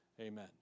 amen